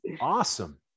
Awesome